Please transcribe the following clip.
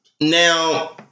Now